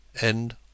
End